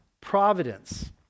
providence